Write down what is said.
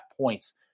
points